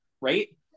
Right